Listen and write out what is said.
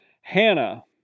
Hannah